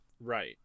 Right